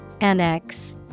Annex